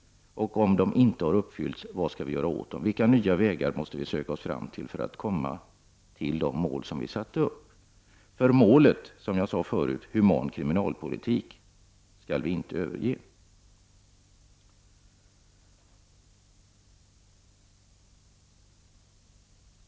Och om de inte har uppfyllts — vad skall vi gör åt dem? På vilka nya vägar måste vi söka oss fram för att nå de mål som vi satte upp? För målet humanitär kriminalpolitik skall vi, som jag sade förut, inte överge.